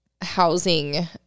housing